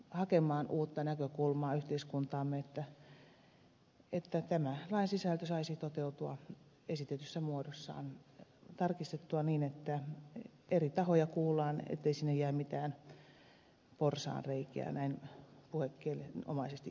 hakemaan uutta suomalaiselle yhteiskunnalle että tämä lain sisältö saisi toteutua esitetyssä muodossaan tarkistettuna niin että eri tahoja kuullaan jottei sinne jää mitään porsaanreikiä asia näin puhekielenomaisesti ilmaistuna